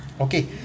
Okay